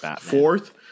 fourth